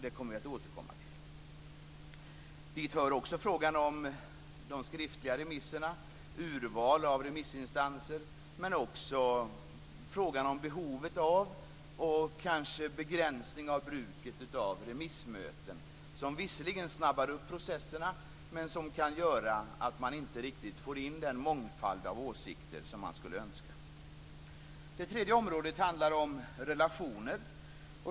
Vi kommer att återkomma till det. Dit hör också frågan om de skriftliga remisserna, urval av remissinstanser och frågan om behovet av och kanske begränsning av bruket av remissmöten. Dessa snabbar visserligen upp processerna, men de kan också medföra att man inte riktigt får in den mångfald av åsikter som man skulle önska. Det tredje området handlar om relationer.